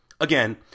Again